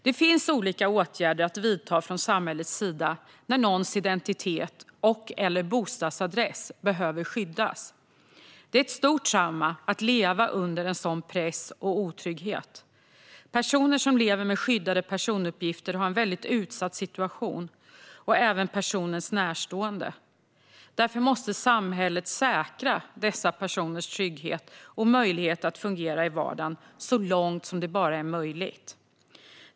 Det finns olika åtgärder att vidta från samhällets sida när någons identitet eller bostadsadress behöver skyddas. Det är ett stort trauma att leva under en sådan press och otrygghet. Personer som lever med skyddade personuppgifter och även personens närstående har en väldigt utsatt situation. Därför måste samhället säkra dessa personers trygghet och möjlighet att fungera i vardagen så långt som det bara är möjligt.